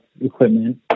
equipment